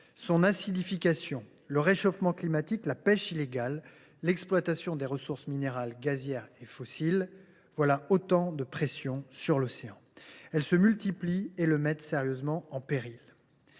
son acidification, le réchauffement climatique, la pêche illégale, l’exploitation des ressources minérales, gazières et fossiles sont autant de pressions qui se multiplient et le mettent sérieusement en péril.